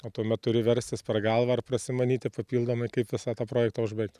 o tuomet turi verstis per galvą ir prasimanyti papildomai kaip visą tą projektą užbaigti